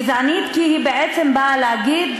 היא גזענית כי היא בעצם באה להגיד: